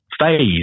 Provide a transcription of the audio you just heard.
phase